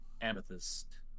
amethyst